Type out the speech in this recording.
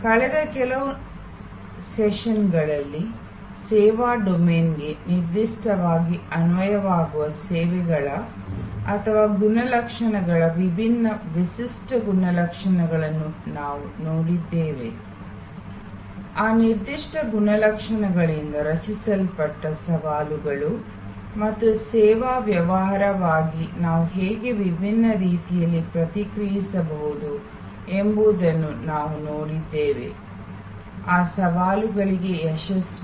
ಕಳೆದ ಕೆಲವು ಸೆಷನ್ಗಳಲ್ಲಿ ಸೇವಾ ಡೊಮೇನ್ಗೆ ನಿರ್ದಿಷ್ಟವಾಗಿ ಅನ್ವಯವಾಗುವ ಸೇವೆಗಳ ಅಥವಾ ಗುಣಲಕ್ಷಣಗಳ ವಿಭಿನ್ನ ವಿಶಿಷ್ಟ ಗುಣಲಕ್ಷಣಗಳನ್ನು ನಾವು ನೋಡಿದ್ದೇವೆ ಆ ನಿರ್ದಿಷ್ಟ ಗುಣಲಕ್ಷಣಗಳಿಂದ ರಚಿಸಲ್ಪಟ್ಟ ಸವಾಲುಗಳು ಮತ್ತು ಆ ಸವಾಲುಗಳಿಗೆ ಯಶಸ್ವಿಯಾಗಿ ಸೇವಾ ವ್ಯವಹಾರವಾಗಿ ನಾವು ಹೇಗೆ ವಿಭಿನ್ನ ರೀತಿಯಲ್ಲಿ ಪ್ರತಿಕ್ರಿಯಿಸಬಹುದು ಎಂಬುದನ್ನು ನಾವು ನೋಡಿದ್ದೇವೆ